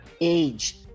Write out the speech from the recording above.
age